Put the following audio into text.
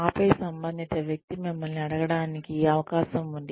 ఆపై సంబంధిత వ్యక్తి మిమ్మల్ని అడగడానికి అవకాశం ఉంది